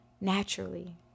naturally